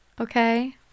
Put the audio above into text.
okay